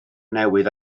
newydd